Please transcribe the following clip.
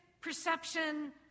perception